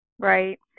Right